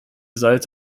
salz